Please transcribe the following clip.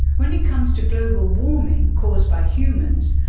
when it comes to global warming caused by humans,